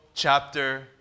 chapter